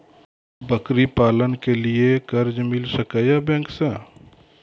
बकरी पालन के लिए कर्ज मिल सके या बैंक से?